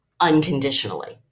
unconditionally